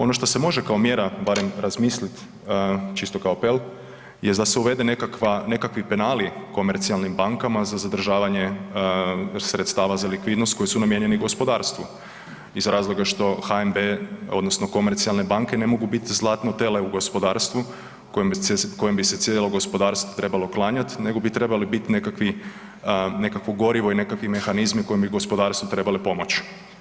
Ono što se može kao mjera barem razmisliti, čisto kao apel, jest da se uvede nekakva, nekakvi penali komercijalnim bankama za zadržavanje sredstava za likvidnost koji su namijenjeni gospodarstvu iz razloga HNB odnosno komercijalne banke ne mogu biti zlatno tele u gospodarstvo kojem bi se cijelo gospodarstvo trebalo klanjati, nego bi trebali biti nekakvo gorivo i nekakvi mehanizmi koje bi gospodarstvu trebalo pomoć.